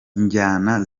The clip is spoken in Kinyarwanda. injyana